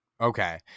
Okay